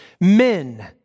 men